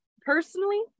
personally